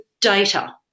data